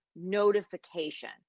notification